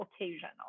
occasional